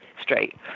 straight